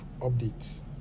updates